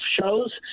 shows